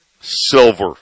Silver